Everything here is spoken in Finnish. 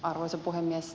arvoisa puhemies